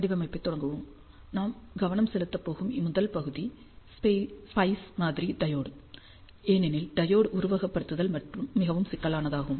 வடிவமைப்பைத் தொடங்குவோம் நாம் கவனம் செலுத்தப் போகும் முதல் பகுதி ஸ்பைஸ் மாதிரி டையோடு ஏனெனில் டையோடு உருவகப்படுத்துதல் மிகவும் சிக்கலானதாகும்